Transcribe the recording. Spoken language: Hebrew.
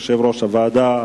יושב-ראש הוועדה,